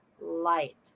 light